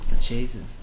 Jesus